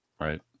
Right